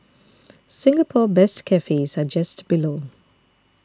Singapore best cafes are just below